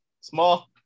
small